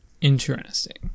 Interesting